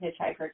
hitchhiker